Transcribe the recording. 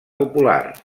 popular